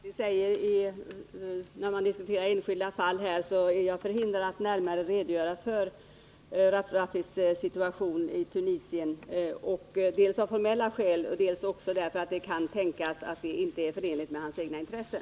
Fru talman! I enlighet med vad som alltid gäller när man diskuterar enskilda fall är jag förhindrad att närmare redogöra för Rafrafis situation i Tunisien, dels av formella skäl, dels därför att det kan tänkas att det inte är förenligt med hans egna intressen.